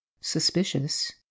Suspicious